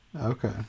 okay